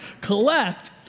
collect